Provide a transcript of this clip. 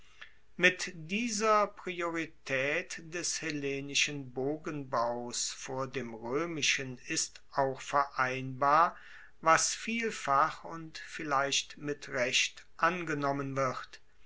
mit dieser prioritaet des hellenischen bogenbaus vor dem roemischen ist auch vereinbar was vielfach und vielleicht mit recht angenommen wird